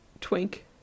Twink